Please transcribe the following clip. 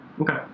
Okay